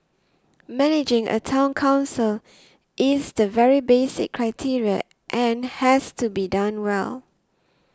managing a Town Council is the very basic criteria and has to be done well